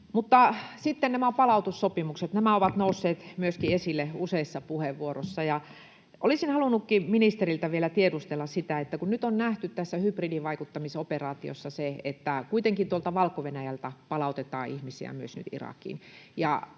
myöskin nämä palautussopimukset ovat nousseet esille useissa puheenvuoroissa. Olisinkin halunnut ministeriltä vielä tiedustella siitä: Nyt on nähty tässä hybridivaikuttamisoperaatiossa se, että kuitenkin tuolta Valko-Venäjältä palautetaan ihmisiä nyt myös Irakiin,